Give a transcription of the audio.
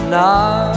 now